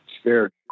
scared